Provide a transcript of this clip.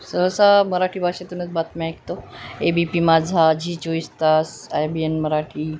सहसा मराठी भाषेतूनच बातम्या ऐकतो ए बी पी माझा झी चोवीस तास आय बी एन मराठी